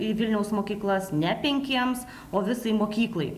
į vilniaus mokyklas ne penkiems o visai mokyklai